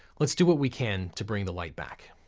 let's do what we can to bring the light back.